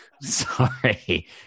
sorry